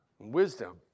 Wisdom